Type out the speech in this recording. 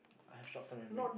I have short term memory